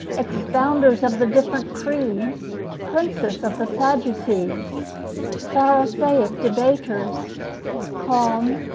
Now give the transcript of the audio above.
expounders of the different creeds princes of the sadducees pharisaic debaters calm,